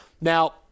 Now –